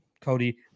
Cody